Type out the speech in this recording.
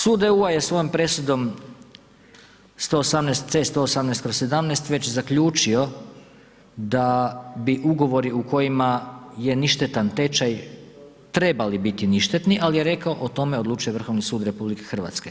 Sud EU-a je svojom presudom C-118/17 već zaključio da bi ugovori u kojima je ništetan tečaj trebali biti ništetni, ali je rekao o tome odlučuje Vrhovni sud RH.